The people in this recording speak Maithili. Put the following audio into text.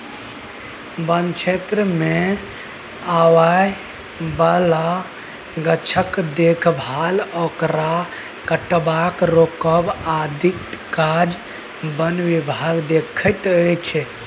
बन क्षेत्रमे आबय बला गाछक देखभाल ओकरा कटबासँ रोकब आदिक काज बन विभाग देखैत छै